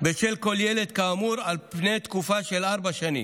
בשל כל ילד, כאמור, על פני תקופה של ארבע שנים.